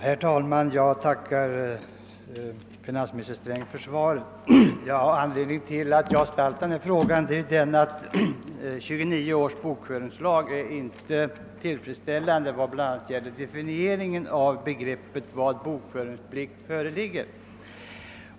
Herr talman! Jag tackar finansminister Sträng för svaret. Anledningen till att jag ställde min fråga är att 1929 års bokföringslag inte är tillfredsställande bl.a. vad beträffar definieringen av begreppet bokföringsplikt.